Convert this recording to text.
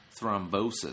thrombosis